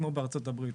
כמו בארצות הברית.